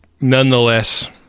nonetheless